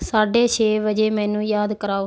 ਸਾਢੇ ਛੇ ਵਜੇ ਮੈਨੂੰ ਯਾਦ ਕਰਾਓ